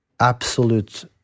Absolute